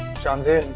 shanzeh,